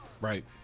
Right